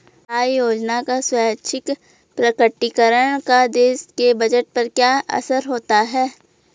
आय योजना का स्वैच्छिक प्रकटीकरण का देश के बजट पर क्या असर होता है?